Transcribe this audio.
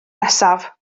nesaf